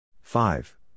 Five